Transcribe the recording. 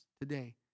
today